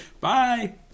Bye